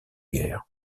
guerre